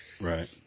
Right